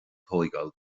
tógáil